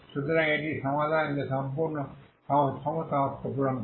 সুতরাং এটি এমন সমাধান যা সমস্ত শর্ত পূরণ করে